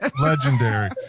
Legendary